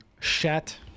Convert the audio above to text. chat